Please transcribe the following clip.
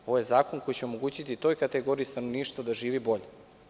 Ovo je zakon koji će omogućiti toj kategoriji stanovništva da živi bolje.